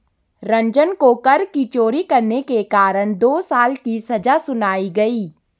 रंजन को कर की चोरी करने के कारण दो साल की सजा सुनाई गई